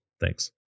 Thanks